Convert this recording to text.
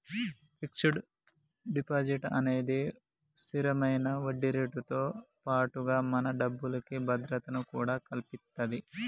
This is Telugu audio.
ఫిక్స్డ్ డిపాజిట్ అనేది స్తిరమైన వడ్డీరేటుతో పాటుగా మన డబ్బుకి భద్రతను కూడా కల్పిత్తది